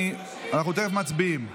אנחנו תכף מצביעים,